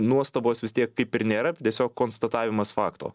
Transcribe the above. nuostabos vis tiek kaip ir nėra tiesiog konstatavimas fakto